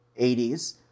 80s